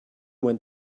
went